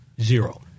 zero